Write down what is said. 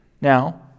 Now